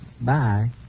Bye